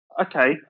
Okay